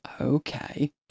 Okay